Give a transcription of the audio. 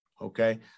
okay